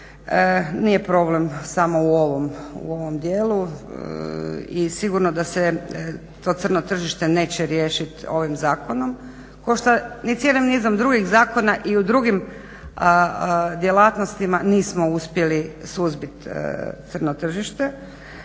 nije problem samo u ovom dijelu i sigurno da se to crno tržište neće riješit ovim zakonom, kao što ni cijelim nizom drugih zakona i u drugim djelatnostima nismo uspjeli suzbiti crno tržište.